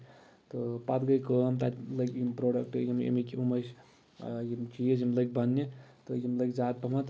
تہٕ پَتہٕ گٔیہِ کٲم تَتہِ لٔگۍ یِم بروڈکٹ یِم ییٚمکۍ یِم ٲسۍ یِم چیٖز یِم لٔگۍ بَننہِ تہٕ یِم لٔگۍ زیادٕ پہمَتھ